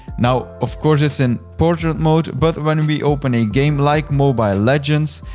now, of course it's in portrait mode, but when we open a game like mobile legends,